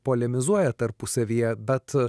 polemizuoja tarpusavyje bet